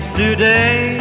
today